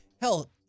hell